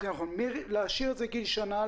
להשאיר את גיל שנה,